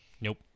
Nope